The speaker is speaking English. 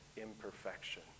imperfection